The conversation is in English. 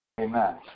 amen